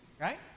right